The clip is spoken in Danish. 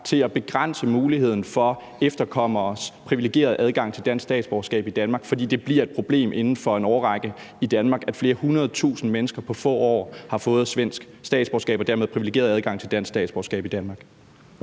til at begrænse muligheden for efterkommeres privilegerede adgang til dansk statsborgerskab, for det bliver et problem i Danmark inden for en årrække, at flere hundredtusinde mennesker på få år har fået svensk statsborgerskab og dermed privilegeret adgang til dansk statsborgerskab i Danmark.